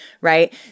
right